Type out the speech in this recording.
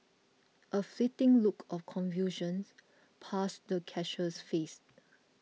a fleeting look of confusions passed the cashier's face